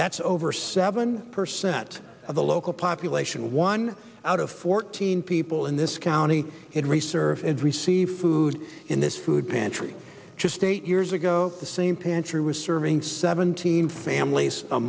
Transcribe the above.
that's over seven percent of the local population one out of fourteen people in this county in research and receive food in this food pantry just eight years ago the same pantry was serving seventeen families a